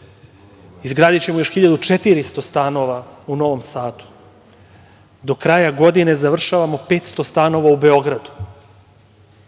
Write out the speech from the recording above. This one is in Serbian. Sadu. Izgradićemo još 1.400 stanova u Novom Sadu. Do kraja godine završavamo 500 stanova u Beogradu.